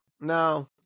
No